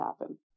happen